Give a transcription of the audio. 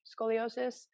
scoliosis